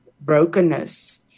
brokenness